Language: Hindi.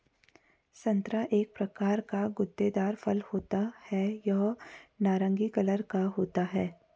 संतरा एक प्रकार का गूदेदार फल होता है यह नारंगी कलर का होता है